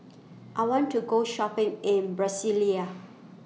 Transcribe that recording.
I want to Go Shopping in Brasilia